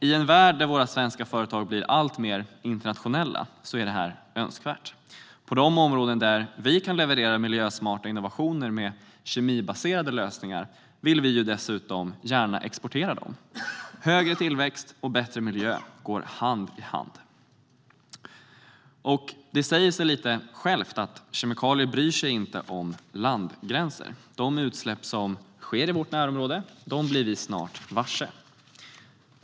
I en värld där våra svenska företag blir allt mer internationella är detta önskvärt. På de områden där vi kan leverera miljösmarta innovationer med kemibaserade lösningar vill vi ju dessutom gärna exportera dem. Högre tillväxt och bättre miljö går hand i hand. Och det säger sig självt; kemikalier bryr sig inte om landgränser. De utsläpp som sker i vårt närområde blir vi snart varse.